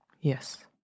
Yes